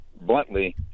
Bluntly